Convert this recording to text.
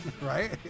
Right